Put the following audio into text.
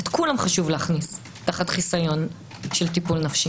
את כולם חשוב להכניס תחת חיסיון של טיפול נפשי.